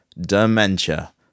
dementia